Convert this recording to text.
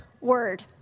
word